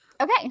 Okay